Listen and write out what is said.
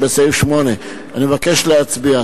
בסעיף 8. אני מבקש להצביע.